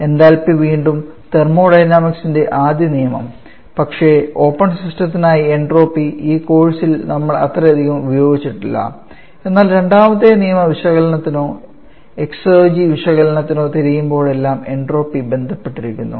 enthalpy വീണ്ടും തെർമോഡൈനാമിക്സിന്റെ ആദ്യ നിയമം പക്ഷേ ഓപ്പൺ സിസ്റ്റത്തിനായി എൻട്രോപ്പി ഈ കോഴ്സിൽ നമ്മൾഅത്രയധികം ഉപയോഗിച്ചിട്ടില്ല എന്നാൽ രണ്ടാമത്തെ നിയമ വിശകലനത്തിനോ എക്സർജി വിശകലനത്തിനോ തിരയുമ്പോഴെല്ലാം എൻട്രോപ്പി ബന്ധപ്പെട്ടിരിക്കുന്നു